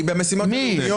היא במשימות לאומיות.